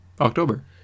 October